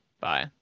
Bye